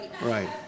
Right